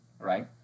right